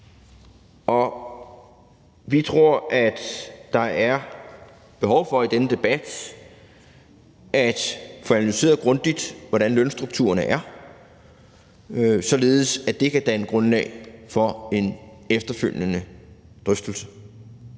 Vi tror, at der er behov for i denne debat at få analyseret grundigt, hvordan lønstrukturerne er, således at det kan danne grundlag for en efterfølgende drøftelse,